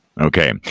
Okay